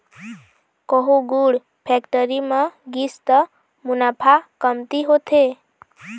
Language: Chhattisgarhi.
कहूँ गुड़ फेक्टरी म गिस त मुनाफा कमती होथे